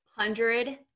hundred